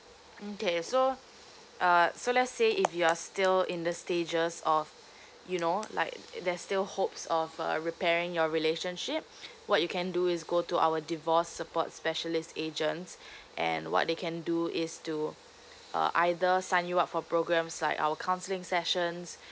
okay so uh so let's say if you're still in the stages of you know like there's still hopes of uh repairing your relationship what you can do is go to our divorce support specialist agents and what they can do is to uh either sign you up for programs like our counseling sessions